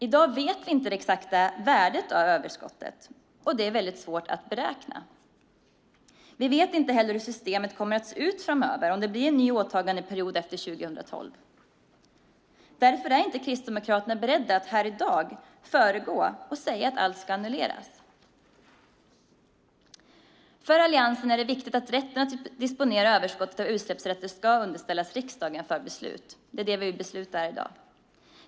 I dag vet vi inte det exakta värdet av överskottet, och det är väldigt svårt att beräkna. Vi vet inte heller hur systemet kommer att se ut framöver om det blir en ny åtagandeperiod efter 2012. Därför är inte Kristdemokraterna beredda att här i dag föregå detta och säga att allt ska annulleras. För Alliansen är det viktigt att rätten att disponera överskottet av utsläppsrätter ska underställas riksdagen för beslut. Det är det vi beslutar om i dag.